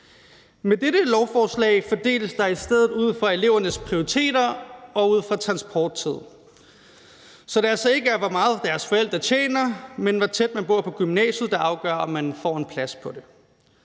Med dette lovforslag fordeles der i stedet ud fra elevernes prioriteter og ud fra transporttid. Så det er altså ikke, hvor meget deres forældre tjener, men hvor tæt man bor på gymnasiet, der afgør, om man får en plads på det.